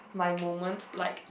my moment like